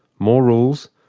more rules,